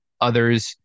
others